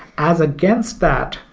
as against that,